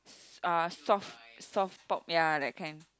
uh soft soft pop ya that kind